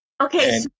Okay